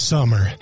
Summer